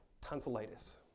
tonsillitis